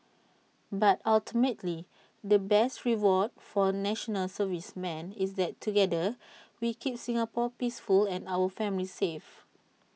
but ultimately the best reward for National Servicemen is that together we keep Singapore peaceful and our families safe